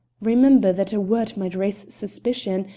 remember that a word might raise suspicion,